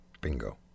bingo